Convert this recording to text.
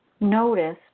notice